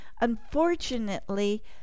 Unfortunately